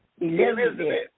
Elizabeth